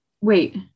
wait